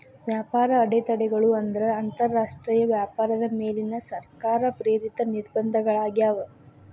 ವ್ಯಾಪಾರ ಅಡೆತಡೆಗಳು ಅಂದ್ರ ಅಂತರಾಷ್ಟ್ರೇಯ ವ್ಯಾಪಾರದ ಮೇಲಿನ ಸರ್ಕಾರ ಪ್ರೇರಿತ ನಿರ್ಬಂಧಗಳಾಗ್ಯಾವ